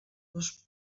dos